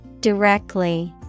Directly